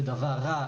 זה דבר רע,